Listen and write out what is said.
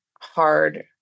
hard